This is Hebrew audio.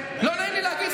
לא נעים לי להגיד,